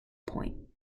point